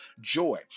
joy